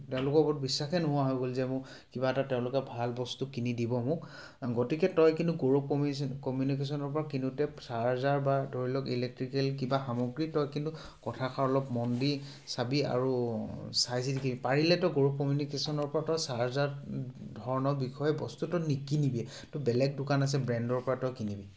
তেওঁলোকৰ ওপৰত বিশ্বাসেই নোহোৱা হৈ গ'ল যে মোক কিবা এটা তেওঁলোকে ভাল বস্তু কিনি দিব মোক গতিকে তই কিন্তু কৌৰৱ কমিউনিকেশ্যন কমিউনিকেশ্যনৰ পৰা কিনোঁতে চাৰ্জাৰ বা ধৰি লওক ইলেকট্ৰিকেল কিবা সামগ্ৰী তই কিন্তু কথাষাৰ অলপ মন দি চাবি আৰু চাই চিতি কিনিবি পাৰিলে তই কৌৰৱ কমিউনিকেশ্যনৰ পৰা তই চাৰ্জাৰ ধৰণৰ বিষয়ে বস্তু তই নিকিনিবিয়ে তই বেলেগ দোকান আছে ব্ৰেণ্ডৰ পৰা তই কিনিবি